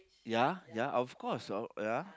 ya ya of course oh ya